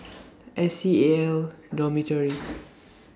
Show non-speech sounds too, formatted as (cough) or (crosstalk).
(noise) S C A L Dormitory